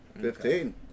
Fifteen